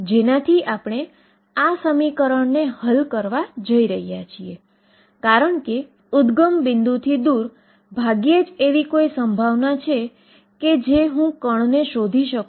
તેથી હવે આપણે આ પ્રકારનાં સમીકરણ પર પહોંચવા માંગીએ છીએ કે તે યોગ્ય છે કે શું